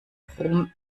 brom